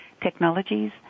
technologies